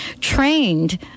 trained